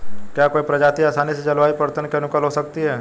क्या कोई प्रजाति आसानी से जलवायु परिवर्तन के अनुकूल हो सकती है?